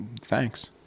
thanks